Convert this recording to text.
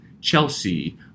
Chelsea